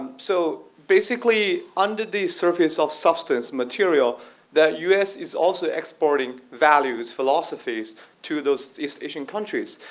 um so basically, under the surface of substance material the u. s. is also exporting values philosophies to those east asian countries.